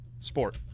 sport